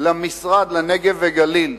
למשרד לפיתוח הנגב והגליל,